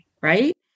right